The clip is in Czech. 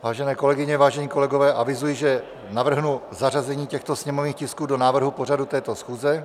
Vážené kolegyně, vážení kolegové, avizuji, že navrhnu zařazení těchto sněmovních tisků do návrhu pořadu této schůze.